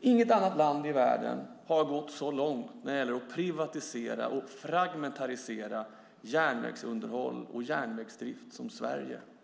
Inget annat land i världen har gått så långt som Sverige när det gäller att privatisera och fragmentarisera järnvägsunderhåll och järnvägsdrift.